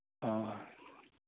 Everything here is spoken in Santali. ᱚ